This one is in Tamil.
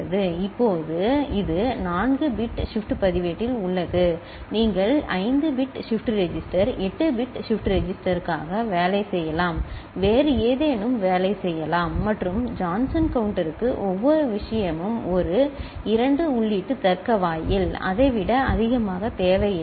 Y QR' இப்போது இது 4 பிட் ஷிப்ட் பதிவேட்டில் உள்ளது நீங்கள் 5 bit shift register 8 bit shift ரெஜிஸ்டருக்காக வேலை செய்யலாம் வேறு ஏதேனும் வேலை செய்யலாம் மற்றும் ஜான்சன் கவுண்ட்டருக்கு ஒவ்வொரு விஷயமும் ஒரு 2 உள்ளீட்டு தர்க்க வாயில் அதை விட அதிகமாக தேவையில்லை